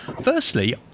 Firstly